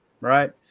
Right